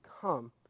come